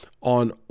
on